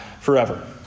forever